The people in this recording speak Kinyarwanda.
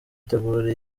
itegura